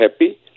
happy